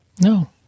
No